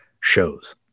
shows